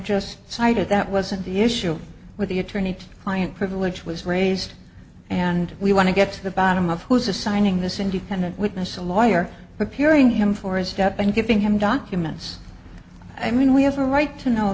just cited that wasn't the issue with the attorney client privilege was raised and we want to get to the bottom of who's assigning this independent witness a lawyer appearing him for a step and giving him documents i mean we have a right to know